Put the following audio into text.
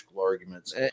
arguments